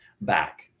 back